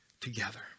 together